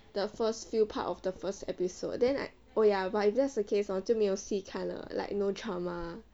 the first few part of the first episode then I oh ya but if that's the case orh 就没有戏看了 like no drama